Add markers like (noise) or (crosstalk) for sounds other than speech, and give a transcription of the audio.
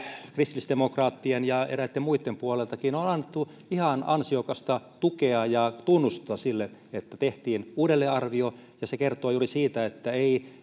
kristillisdemokraattien ja eräitten muittenkin puolelta on annettu ihan ansiokasta tukea ja tunnustusta sille että tehtiin uudelleenarvio ja se kertoo juuri siitä että ei (unintelligible)